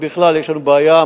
אבל בכלל יש לנו בעיה,